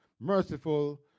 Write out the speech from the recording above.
merciful